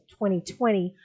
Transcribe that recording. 2020